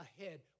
ahead